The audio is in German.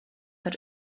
hat